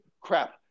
crap